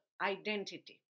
identity